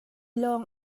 lawng